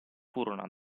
furono